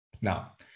now